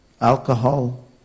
alcohol